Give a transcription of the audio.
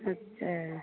अच्छे